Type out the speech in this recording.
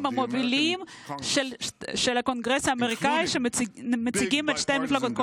המובילים של הקונגרס האמריקאי שמייצגים את שתי המפלגות,